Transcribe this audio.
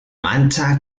mancha